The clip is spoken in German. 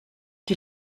die